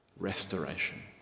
Restoration